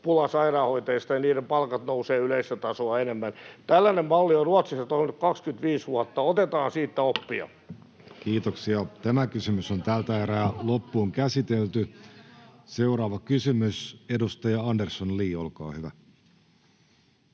pula sairaanhoitajista, niin niiden palkat nousevat yleistä tasoa enemmän. Tällainen malli on Ruotsissa toiminut 25 vuotta. Otetaan siitä oppia. Seuraava kysymys, edustaja Andersson, Li, olkaa hyvä.